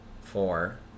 four